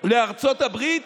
לארצות הברית